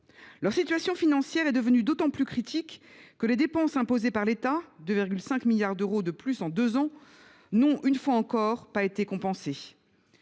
Leur situation financière est devenue d’autant plus critique que les dépenses supplémentaires imposées par l’État, soit 2,5 milliards d’euros de plus en deux ans, n’ont, une fois encore, pas été compensées.